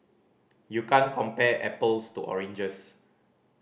you can't compare apples to oranges